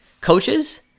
coaches